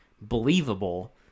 believable